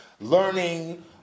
learning